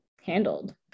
handled